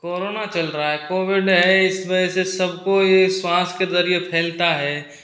corona चल रहा है कोविड है इस वजह से सबको ये साँस के जरिए फैलता है